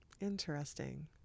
Interesting